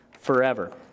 forever